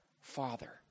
Father